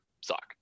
suck